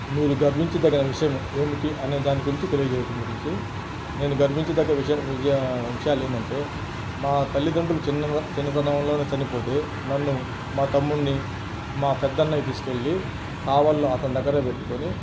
మీరు గర్వించి తగిన విషయము ఏమిటి అనే దాని గురించి తెలియజేయడం గురించి నేను గర్వించ దగ్గ విషా విషయా విషయాలు ఏందంటే మా తల్లిదండ్రులు చిన్న చిన్నతనంలోనే చనిపోతే నన్ను మా తమ్ముడిని మా పెద్దన్నయ్య తీసుకెళ్ళి కావలిలో అతను దగ్గర పెట్టుకొని